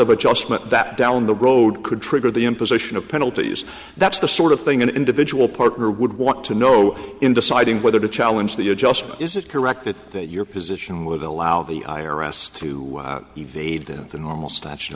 of adjustment that down the road could trigger the imposition of penalties that's the sort of thing an individual partner would want to know in deciding whether to challenge the adjustment is it correct that your position would allow the i r s to the normal statute